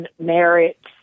merit